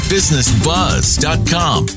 BusinessBuzz.com